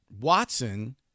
Watson